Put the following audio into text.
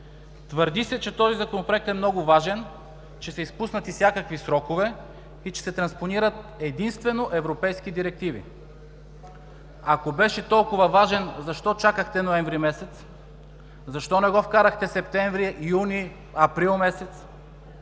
Твърди се, че този Законопроект е много важен, че са изпуснати всякакви срокове и че се транспонират единствено европейски директиви. Ако беше толкова важен защо чакахте ноември месец? Защо не го вкарахте септември, юни, април месец?